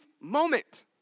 moment